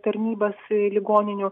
tarnybas ligoninių